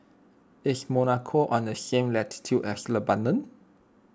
is Monaco on the same latitude as Lebanon